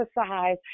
exercise